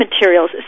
materials